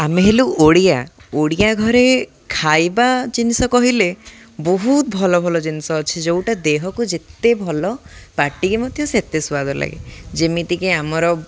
ଆମେ ହେଲୁ ଓଡ଼ିଆ ଓଡ଼ିଆ ଘରେ ଖାଇବା ଜିନିଷ କହିଲେ ବହୁତ ଭଲ ଭଲ ଜିନିଷ ଅଛି ଯେଉଁଟା ଦେହକୁ ଯେତେ ଭଲ ପାଟିକୁ ମଧ୍ୟ ସେତେ ସ୍ୱାଦ ଲାଗେ ଯେମିତିକି ଆମର